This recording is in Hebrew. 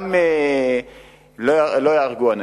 גם לא ייהרגו אנשים.